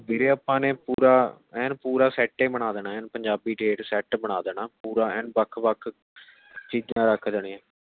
ਵੀਰੇ ਆਪਾਂ ਨੇ ਪੂਰਾ ਐਂਨ ਪੂਰਾ ਸੈੱਟ ਹੀ ਬਣਾ ਦੇਣਾ ਐਂਨ ਪੰਜਾਬੀ ਠੇਠ ਸੈੱਟ ਬਣਾ ਦੇਣਾ ਪੂਰਾ ਐਨ ਵੱਖ ਵੱਖ ਚੀਜ਼ਾਂ ਰੱਖ ਦੇਣੀਆਂ